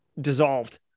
dissolved